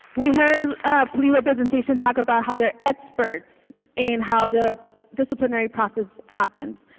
we heard police representation talk about how they're experts in how the disciplinary process happens,